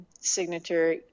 signature